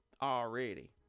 already